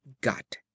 got